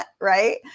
right